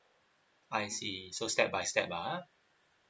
I see so step by step lah ah